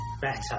Better